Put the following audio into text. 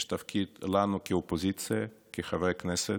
יש תפקיד לנו כאופוזיציה, כחברי כנסת.